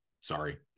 Sorry